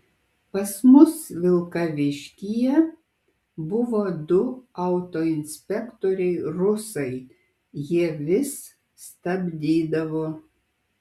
pas mus vilkaviškyje buvo du autoinspektoriai rusai jie vis stabdydavo